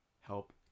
Help